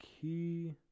key